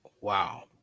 wow